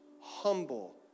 humble